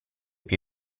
più